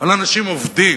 על אנשים עובדים,